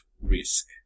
risk